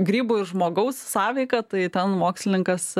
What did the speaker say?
grybų ir žmogaus sąveika tai ten mokslininkas